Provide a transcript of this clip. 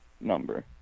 number